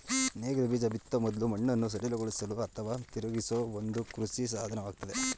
ನೇಗಿಲು ಬೀಜ ಬಿತ್ತೋ ಮೊದ್ಲು ಮಣ್ಣನ್ನು ಸಡಿಲಗೊಳಿಸಲು ಅಥವಾ ತಿರುಗಿಸೋ ಒಂದು ಕೃಷಿ ಸಾಧನವಾಗಯ್ತೆ